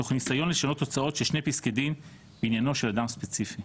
תוך ניסיון לשנות תוצאות של שני פסקי דין בעניינו של אדם ספציפי.